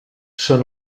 són